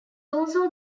also